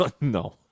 No